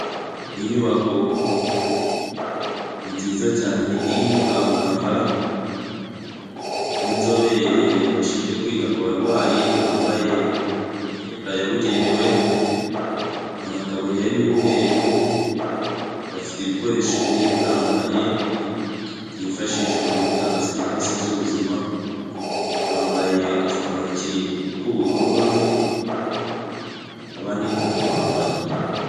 IInyubako nziza cyane irimo abaganga b'inzobere bashinzwe kwita ku barwayi, bambaye imyenda yabugenewe, amataburiya y'umweru, bafite ibikoresho bigiye bitandukanye byifashishwa mu gutanga serivisi z'ubuzima, bambaye udupfukantoki tw'ubururu bamwe abandi ntatwo bambaye.